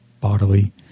bodily